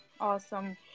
awesome